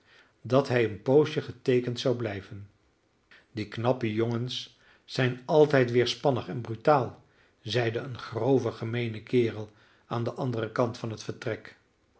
dat hij een poosje geteekend zou blijven die knappe jongens zijn altijd weerspannig en brutaal zeide een grove gemeene kerel aan den anderen kant van het vertrek